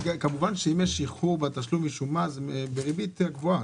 (ג)נכסי הקרן הזכאית שהיא אינה קרן חדשה